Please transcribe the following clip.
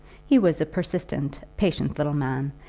he was a persistent, patient little man,